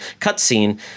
cutscene